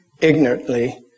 ignorantly